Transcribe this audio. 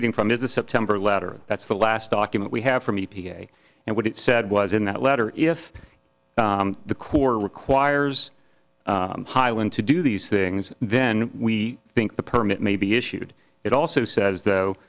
reading from is a september letter that's the last document we have from e p a and what it said was in that letter if the corps requires hyland to do these things then we think the permit may be issued it also says though